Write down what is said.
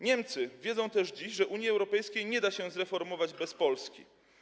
Niemcy wiedzą też dziś, że Unii Europejskiej nie da się zreformować bez Polski.